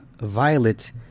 Violet